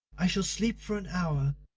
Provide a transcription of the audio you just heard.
i shall sleep for an hour.